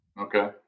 Okay